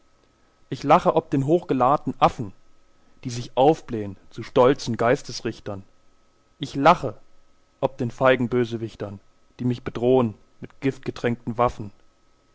ich lache ob den hochgelahrten affen die sich aufblähn zu stolzen geistesrichtern ich lache ob den feigen bösewichtern die mich bedrohn mit giftgetränkten waffen